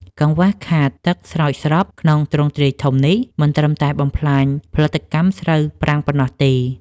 កង្វះខាតទឹកស្រោចស្រពក្នុងទ្រង់ទ្រាយធំនេះ មិនត្រឹមតែបំផ្លាញផលិតកម្មស្រូវប្រាំងប៉ុណ្ណោះទេ។